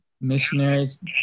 missionaries